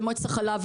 למועצת החלב,